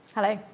Hello